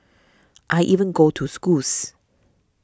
I even go to schools